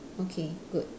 okay good